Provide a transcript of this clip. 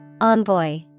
Envoy